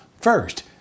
first